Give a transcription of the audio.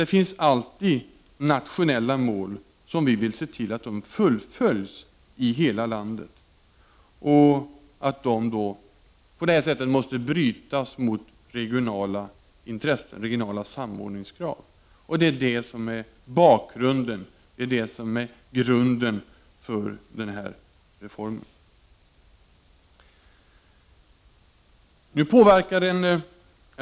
Vi kommer alltid att ha nationella mål som vi vill försöka få uppfyllda i hela landet, mål som bryter mot regionala intressen och samordningskrav. Det är det som är bakgrunden till den här reformen.